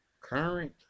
current